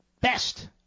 best